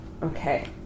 Okay